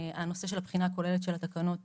הנושא של הבחינה הכוללת של התקנות